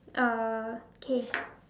okay